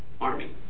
army